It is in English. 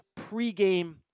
pregame